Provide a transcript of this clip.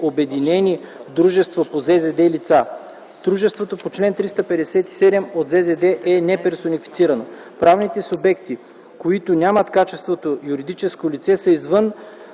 обединени в дружество по ЗЗД лица”. Дружеството по чл. 357 от ЗЗД е неперсонифицирано. Правните субекти, които нямат качеството юридическо лице са извън